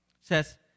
says